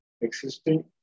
existing